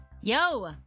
Yo